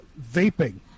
vaping